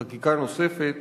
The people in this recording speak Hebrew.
בחקיקה נוספת